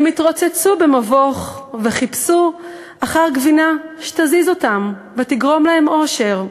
הם התרוצצו במבוך וחיפשו אחר גבינה שתזיז אותם ותגרום להם אושר.